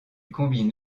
combine